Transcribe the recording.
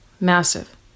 massive